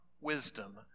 wisdom